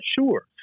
sure